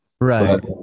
Right